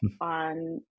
on